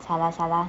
salah salah